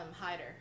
Hider